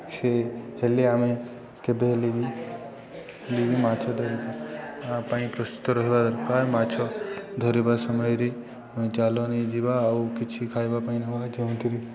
ସେ ହେଲେ ଆମେ କେବେ ହେଲେ ବି ଯଦି ବି ମାଛ ଧରିବା ପାଇଁ ପ୍ରସ୍ତୁତ ରହିବା ଦରକାର ମାଛ ଧରିବା ସମୟରେ ଜାଲ ନେଇଯିବା ଆଉ କିଛି ଖାଇବା ପାଇଁ ନେବା ଯେଉଁଥିରେ